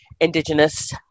Indigenous